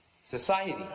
society